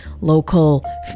local